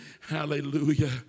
Hallelujah